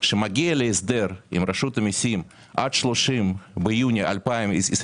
שמגיע להסדר עם רשות המיסים עד 30 ביוני 2022